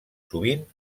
sovint